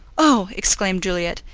oh, exclaimed juliet,